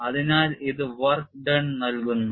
അതിനാൽ ഇത് work done നൽകുന്നു